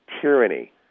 tyranny